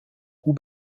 goût